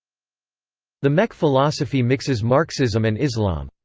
the mek philosophy mixes marxism and islam.